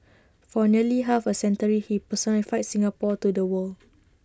for nearly half A century he personified Singapore to the world